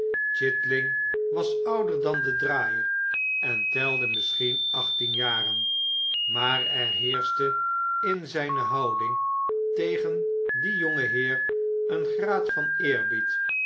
chitling was ouder dan de draaier en telde misschien achttien jaren maar er heerschte in zijne houding tegen dien jongenheer een graad van eerbied